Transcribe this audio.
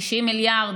יש 60 מיליארד,